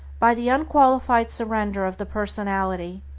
by the unqualified surrender of the personality,